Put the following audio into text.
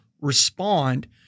respond